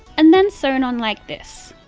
and then sewn on like this.